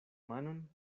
manon